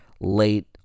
late